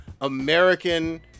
American